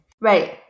Right